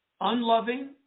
unloving